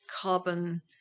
carbon